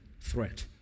threat